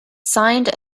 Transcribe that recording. signed